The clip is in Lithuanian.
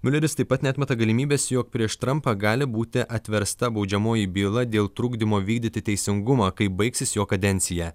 miuleris taip pat neatmeta galimybės jog prieš trampą gali būti atversta baudžiamoji byla dėl trukdymo vykdyti teisingumą kai baigsis jo kadencija